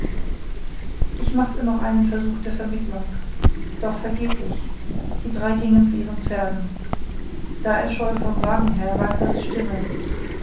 ich machte noch einen versuch der vermittelung doch vergeblich die drei gingen zu ihren pferden da erscholl vom wagen her rattlers stimme